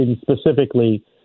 specifically